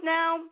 now